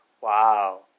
Wow